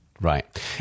Right